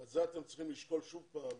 ואת זה אתם צריכים לשקול שוב פעם,